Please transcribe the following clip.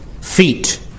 feet